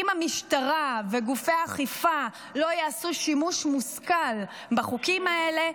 אם המשטרה וגופי האכיפה לא יעשו שימוש מושכל בחוקים האלה,